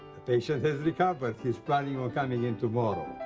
patient has recovered. he's planning on coming in tomorrow.